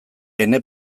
ene